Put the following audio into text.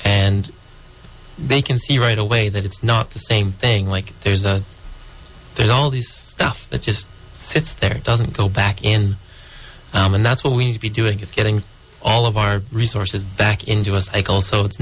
and they can see right away that it's not the same thing like there's a there's all these stuff that just sits there it doesn't go back in and that's what we need to be doing is getting all of our resources back into a cycle so it's